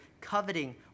coveting